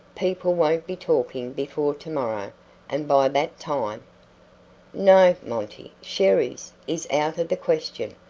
people won't be talking before to-morrow and by that time no, monty, sherry's is out of the question.